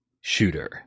shooter